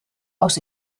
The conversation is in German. aus